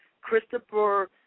Christopher